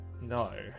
No